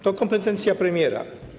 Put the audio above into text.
To kompetencja premiera.